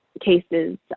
cases